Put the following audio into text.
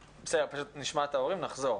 ואז נשמע את ההורים ונחזור.